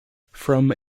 from